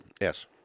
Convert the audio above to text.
yes